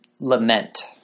lament